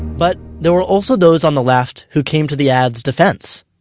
but, there were also those on the left who came to the ad's defense.